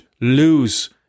lose